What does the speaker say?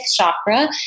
chakra